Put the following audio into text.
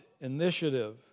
initiative